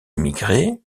immigrés